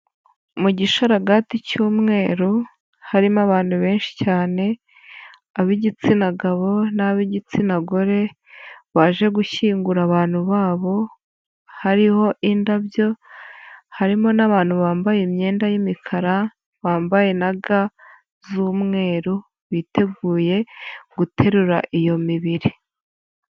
Mu gisharagati cy'umweru harimo abantu benshi cyane, ab'igitsina gabo n'ab'igitsina gore baje gushyingura abantu babo, hariho indabyo, harimo n'abantu bambaye imyenda y'imikara bambaye naga z'umweru biteguye guterura iyo mibiri.